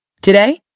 Today